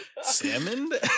salmon